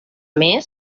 més